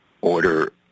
order